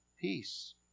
peace